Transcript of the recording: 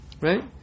right